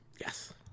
Yes